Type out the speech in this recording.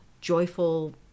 joyful